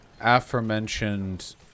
aforementioned